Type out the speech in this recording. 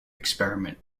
experiment